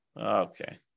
okay